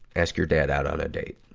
ask your dad out on a date.